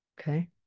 Okay